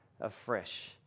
afresh